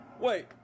Wait